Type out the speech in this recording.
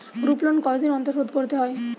Group loan কতদিন অন্তর শোধকরতে হয়?